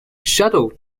shuttle